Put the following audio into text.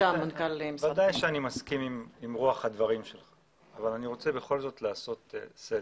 אני מסכים עם רוח הדברים אבל אני רוצה בכל זאת לעשות סדר.